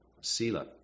sila